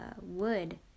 wood